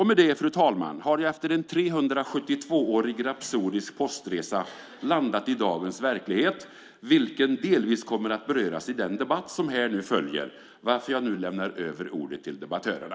Med detta, fru talman, har jag efter en 372-årig rapsodisk postresa landat i dagens verklighet vilken delvis kommer att beröras i den debatt som nu följer, varför jag nu lämnar över ärendet till debattörerna!